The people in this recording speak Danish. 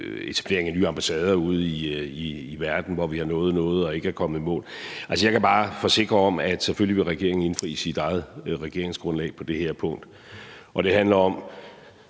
etablering af nye ambassader ude i verden, hvor vi har nået noget og ikke er kommet i mål med andet. Jeg kan bare forsikre om, at regeringen selvfølgelig vil indfri sit eget regeringsgrundlag på det her punkt. Det handler om